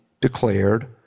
declared